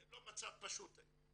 זה לא מצב פשוט היום.